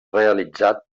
realitzat